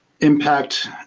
Impact